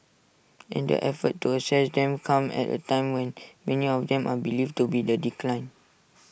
and the effort to assess them comes at A time when many of them are believed to be in decline